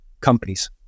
companies